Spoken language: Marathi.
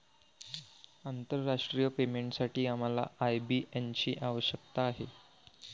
आंतरराष्ट्रीय पेमेंटसाठी आम्हाला आय.बी.एन ची आवश्यकता आहे